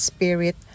Spirit